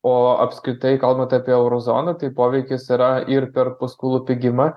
o apskritai kalbant apie euro zoną tai poveikis yra ir per paskolų pigimą